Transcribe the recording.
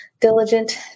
diligent